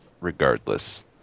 regardless